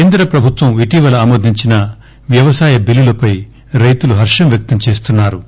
కేంద్ర ప్రభుత్వం యిటీవల ఆమోదించిన వ్యవసాయ బిల్లులపై రైతులు హర్గం వ్యక్తంచేస్తున్నా రు